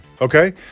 okay